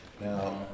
Now